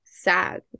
sad